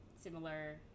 similar